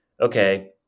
okay